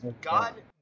God –